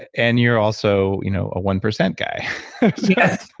and you're also you know a one percent guy yes